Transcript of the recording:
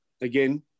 again